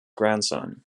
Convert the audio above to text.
grandson